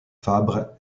fabre